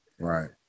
Right